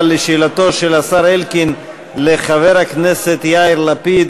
אבל לשאלתו של השר אלקין: לחבר הכנסת יאיר לפיד,